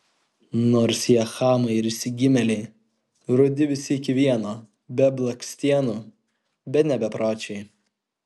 nors jie chamai ir išsigimėliai rudi visi iki vieno be blakstienų bet ne bepročiai